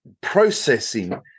processing